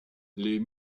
les